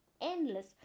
endless